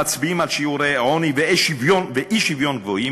המצביעים על שיעורי עוני ואי-שוויון גבוהים,